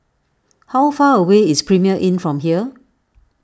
how far away is Premier Inn from here